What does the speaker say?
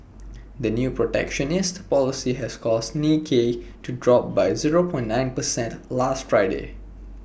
the new protectionist policy has caused Nikkei to drop by zero point nine percent last Friday